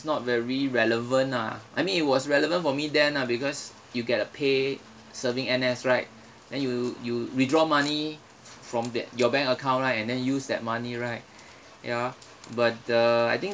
not very relevant ah I mean it was relevant for me then ah because you get a pay serving N_S right then you you withdraw money f~ from that your bank account right and then use that money right ya but uh I think